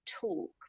talk